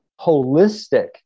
holistic